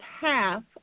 half